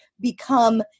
become